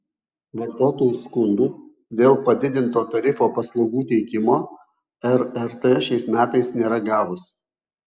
vartotojų skundų dėl padidinto tarifo paslaugų teikimo rrt šiais metais nėra gavusi